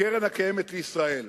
הקרן הקיימת לישראל.